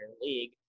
league